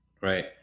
Right